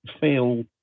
feel